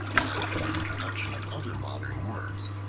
and from the introduction of other modern words,